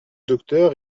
docteur